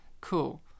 Cool